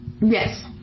yes